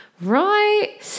Right